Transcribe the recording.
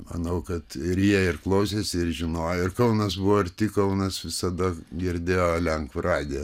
manau kad ir jie ir klausėsi ir žinojo ir kaunas buvo arti kaunas visada girdėjo lenkų radiją